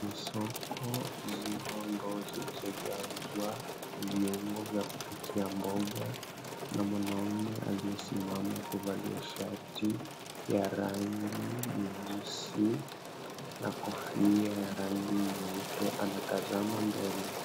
Ni soko zipo ndoo zilizojazwa viungo vya kupikia mboga, na mwanaume aliyesimama kuvalia shati ya rangi nyeusi na kofia ya rangi nyeupe ametazama mbele.